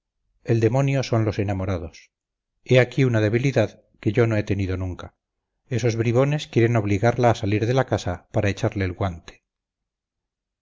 el demonio son los enamorados he aquí una debilidad que yo no he tenido nunca esos bribones quieren obligarla a salir de la casa para echarle el guante